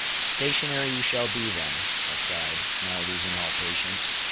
stationary you shall be then, i cried, now losing all patience,